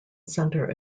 centre